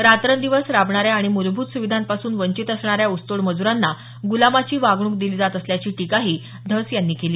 रात्रंदिवस राबणाऱ्या आणि मुलभूत सुविधांपासून वंचित असणाऱ्या ऊसतोड मज्रांना ग्लामाची वागणूक दिली जात असल्याची टीका धस यांनी केली